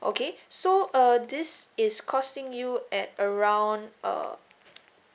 okay so uh this is costing you at around uh